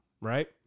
Right